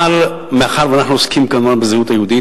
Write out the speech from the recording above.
אבל מאחר שאנחנו עוסקים בזהות היהודית,